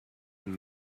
and